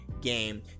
game